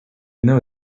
know